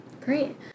Great